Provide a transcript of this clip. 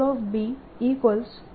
J થશે